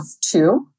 two